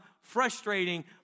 frustrating